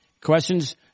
questions